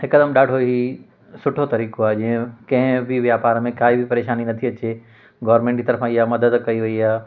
हिकदमि ॾाढो ई सुठो तरीक़ो आहे जीअं कंहिं बि वापार में काई बि परेशानी नथी अचे गॉरमेंट ई तरफ़ा इहा मदद कई वई आहे